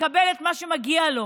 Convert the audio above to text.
לקבל את מה שמגיע לו.